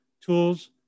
Tools